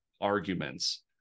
arguments